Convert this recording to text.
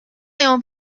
پیامو